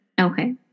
okay